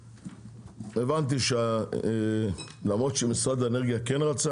הבנתי שלמרות שמשרד האנרגיה רצה,